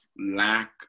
lack